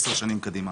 עשר שנים קדימה